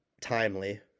timely